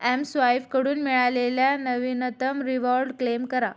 MSwipe कडून मिळालेला नवीनतम रिवॉर्ड क्लेम करा